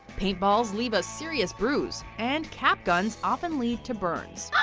paintballs leave us serious bruise and cap guns often lead to burns.